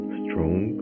strong